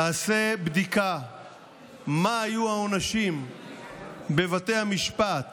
תעשה בדיקה מה היו העונשים בבתי המשפט